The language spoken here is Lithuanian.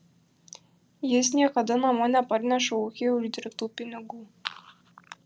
jis niekada namo neparneša ūkyje uždirbtų pinigų